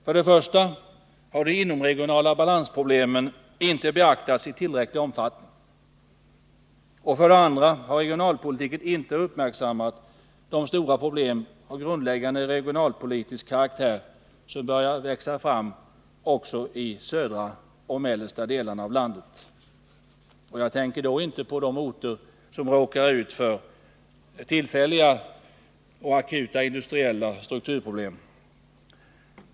För det första har de inomregionala balansproblemen inte beaktats i tillräcklig omfattning. För det andra har regionalpolitiken inte uppmärksammat de stora problem av grundläggande regionalpolitisk karaktär som börjar växa fram också i södra och mellersta Sverige. Jag tänker då inte på de orter som råkar ut för tillfälliga och akuta industriella strukturproblem.